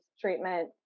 treatment